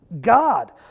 God